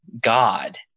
God